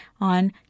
on